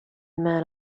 men